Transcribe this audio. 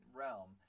realm